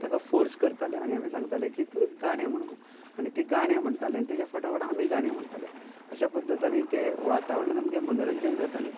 ताका फोर्स करताले आनी आमी सांगताले की तूं गाणे म्हण आनी ती गाणे म्हणटाले आनी तेज्या फटाफ आमी गाणे म्हणटाले अश्या पद्दतांनी ते वातावरण सामके मनोरंजक जाताले